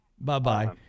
Bye-bye